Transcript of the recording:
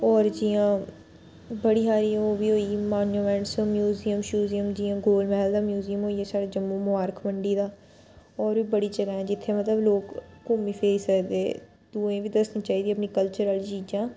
होर जियां बड़ी हारी ओह् बी होई मान्युमैंटस म्यूजियम शियूजियम जियां गोल मैह्ल दा म्यूजियम होई गेआ साढ़े जम्मू मुबारख मंड़ी दा होर बी बड़ी जगह् न जित्थै मतलब लोक घूमी फिरी सकदे दुएं बी दस्सनी चाहिदी अपनी कल्चर आह्ली चीजां